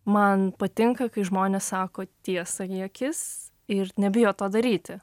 man patinka kai žmonės sako tiesą į akis ir nebijo to daryti